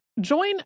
Join